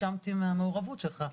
פשוט התרשמתי מהמעורבות שלך.